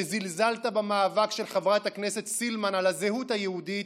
שזלזלת במאבק של חברת הכנסת סילמן על הזהות היהודית,